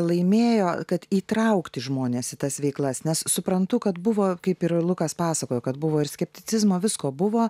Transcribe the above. laimėjo kad įtraukti žmones į tas veiklas nes suprantu kad buvo kaip ir lukas pasakojo kad buvo ir skepticizmo visko buvo